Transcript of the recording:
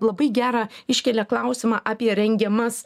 labai gerą iškelia klausimą apie rengiamas